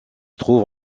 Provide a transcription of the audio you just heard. trouve